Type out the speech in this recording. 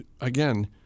Again